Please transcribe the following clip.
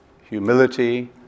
humility